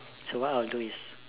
so what I'll do is